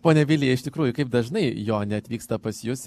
ponia vilija iš tikrųjų kaip dažnai jonė atvyksta pas jus